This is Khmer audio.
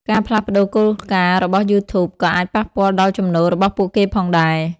ការផ្លាស់ប្តូរគោលការណ៍របស់ YouTube ក៏អាចប៉ះពាល់ដល់ចំណូលរបស់ពួកគេផងដែរ។